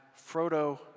Frodo